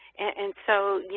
and so, you